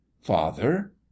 Father